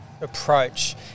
Approach